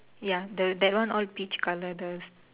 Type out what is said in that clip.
ya the that one all beige colour the